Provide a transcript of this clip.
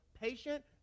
patient